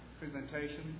presentation